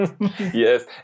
Yes